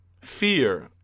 fear